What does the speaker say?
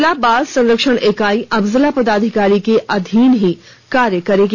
जिला बाल संरक्षण इकाई भी अब जिला पदाधिकारी के अधीन ही कार्य करेगी